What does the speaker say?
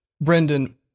Brendan